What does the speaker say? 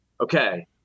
Okay